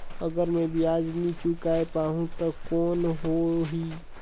अगर मै ब्याज नी चुकाय पाहुं ता कौन हो ही?